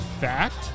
fact